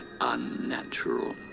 unnatural